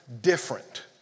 different